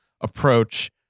approach